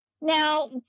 Now